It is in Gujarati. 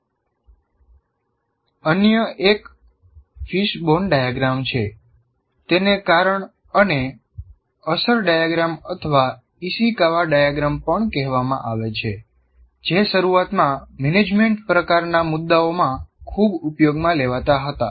અન્ય એક ફિશબોન ડાયાગ્રામ છે તેને કારણ અને અસર ડાયાગ્રામ અથવા ઇશિકાવા ડાયાગ્રામ પણ કહેવામાં આવે છે જે શરૂઆતમાં મેનેજમેન્ટ પ્રકારના મુદ્દાઓમાં ખૂબ ઉપયોગમાં લેવાતા હતા